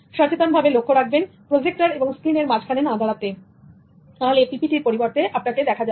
সচেতনভাবে লক্ষ্য রাখবেন প্রজেক্টর এবং স্ক্রিনের মাঝখানে না দাঁড়াতে তাহলে PPT পরিবর্তে আপনাকে দেখা যাবে